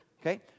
Okay